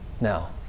Now